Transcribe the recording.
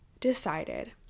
decided